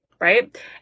right